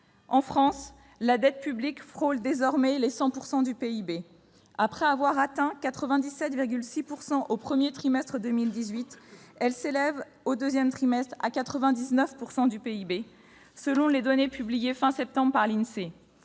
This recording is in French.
En France, la dette publique frôle désormais les 100 % du PIB. Après avoir atteint 97,6 % au premier trimestre de 2018, elle s'élève, au deuxième trimestre, à 99 % du PIB, selon les données publiées à la fin